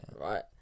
Right